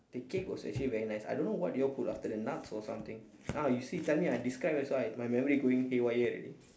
the cake was actually very nice I don't know what you all put after that nuts or something ah you see tell me I describe that's why my memory going haywire already